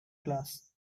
glass